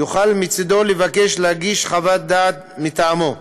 יוכל מצדו לבקש להגיש חוות דעת מטעמו.